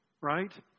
right